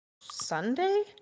Sunday